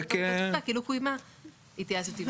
מה זה קשור לשלושת הסעיפים שהקראנו עכשיו?